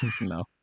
no